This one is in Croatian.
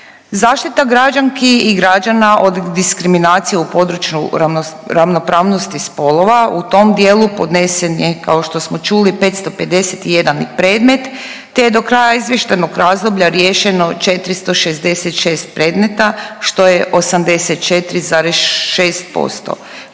Zaštita građanki i građana od diskriminacije u području ravnopravnosti spolova. U tom dijelu podnesen je, kao što smo čuli, 551 predmet, te je do kraja izvještajnog razdoblja riješeno 466 predmeta, što je 84,6%.